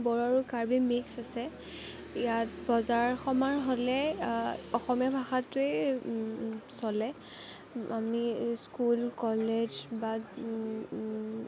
বড়ো আৰু কাৰ্বি মিক্স আছে ইয়াত বজাৰ সমাৰ হ'লে অসমীয়া ভাষাটোৱেই চলে আমি স্কুল কলেজ বা